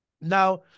Now